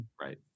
Right